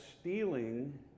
stealing